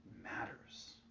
matters